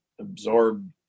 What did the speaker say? absorb